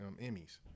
Emmys